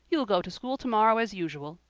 you'll go to school tomorrow as usual.